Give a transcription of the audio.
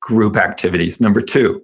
group activities number two,